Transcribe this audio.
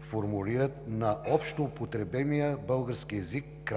формулират на общоупотребимия български език кратко,